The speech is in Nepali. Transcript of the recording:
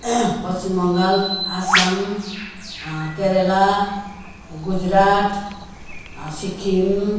पश्चिम बङ्गाल असम केरल गुजरात सिक्किम